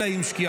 אלא עם שקיעתה.